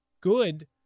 good